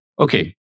okay